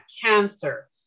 cancer